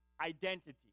identity